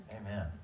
amen